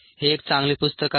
हे एक चांगले पुस्तक आहे